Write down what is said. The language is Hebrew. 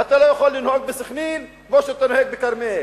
ואתה לא יכול לנהוג בסח'נין כמו שאתה נוהג בכרמיאל,